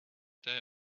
day